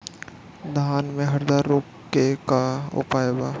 धान में हरदा रोग के का उपाय बा?